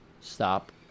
Stop